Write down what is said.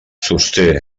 sosté